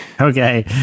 okay